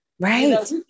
Right